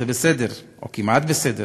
זה בסדר, או כמעט בסדר.